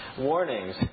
warnings